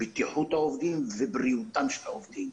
בטיחות העובדים ובריאותם של העובדים.